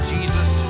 Jesus